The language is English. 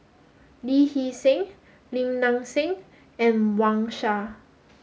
Lee Hee Seng Lim Nang Seng and Wang Sha